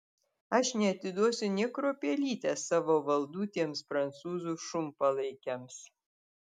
aš neatiduosiu nė kruopelytės savo valdų tiems prancūzų šunpalaikiams